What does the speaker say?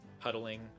huddling